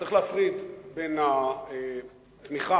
צריך להפריד בין התמיכה